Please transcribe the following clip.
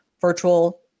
virtual